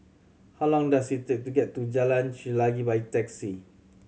how long does it take to get to Jalan Chelagi by taxi